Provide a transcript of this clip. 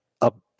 up